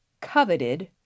coveted